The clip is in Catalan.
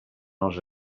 els